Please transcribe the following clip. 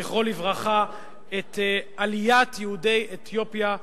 זכרו לברכה, את עליית יהודי אתיופיה כמדיניות,